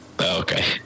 Okay